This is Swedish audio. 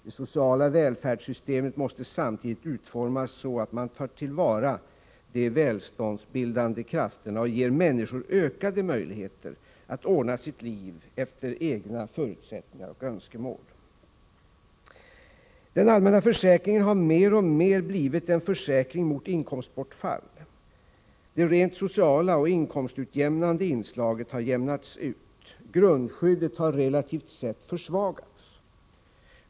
Det sociala välfärdssystemet måste samtidigt utformas så att man tar till vara de välståndsbildande krafterna och ger människor ökade möjligheter att ordna sitt liv efter egna förutsättningar och önskemål. Den allmänna försäkringen har mer och mer blivit en försäkring mot inkomstbortfall. Det rent sociala och inkomstutjämnande inslaget har jämnats ut. Grundskyddet har relativt sett försvagats.